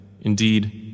Indeed